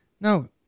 Now